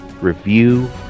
review